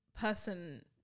Person